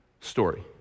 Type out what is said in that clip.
story